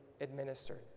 administered